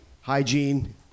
hygiene